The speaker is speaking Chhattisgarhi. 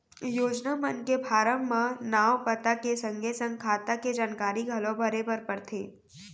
योजना मन के फारम म नांव, पता के संगे संग खाता के जानकारी घलौ भरे बर परथे